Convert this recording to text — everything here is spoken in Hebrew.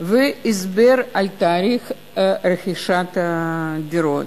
והסבר על תהליך רכישת הדירות.